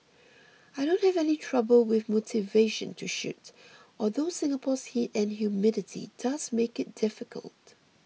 I don't have any trouble with motivation to shoot although Singapore's heat and humidity does make it difficult